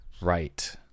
right